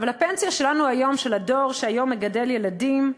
אבל הפנסיה שלנו היום, של הדור שהיום מגדל ילדים,